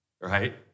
right